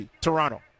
Toronto